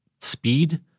speed